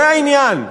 זה העניין.